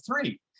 three